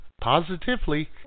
positively